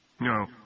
No